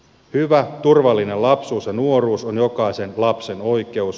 hyvä turvallinen lapsuus ja nuoruus on jokaisen lapsen oikeus